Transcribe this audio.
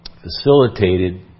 facilitated